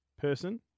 person